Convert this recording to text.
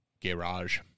garage